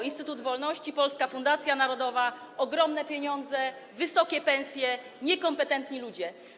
Instytut wolności, Polska Fundacja Narodowa - ogromne pieniądze, wysokie pensje, niekompetentni ludzie.